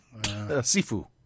Sifu